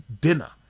dinner